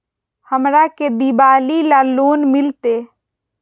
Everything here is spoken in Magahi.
हमरा के दिवाली ला लोन मिलते?